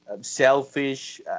selfish